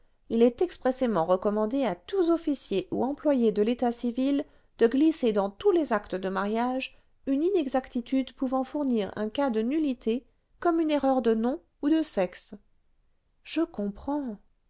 il est expressément recommandé à tous officiers ou employés de l'état civil de glisser clans tous les actes de mariage une inexactitude pouvant fournir un cas de nullité comme une erreur de noms ou de sexe je comprends